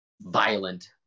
violent